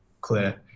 clear